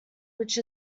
which